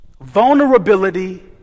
vulnerability